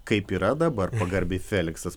kaip yra dabar pagarbiai feliksas